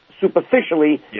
superficially